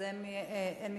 אז אין מתנגדים.